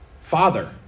father